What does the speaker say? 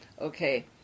Okay